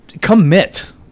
commit